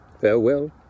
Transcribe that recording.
Farewell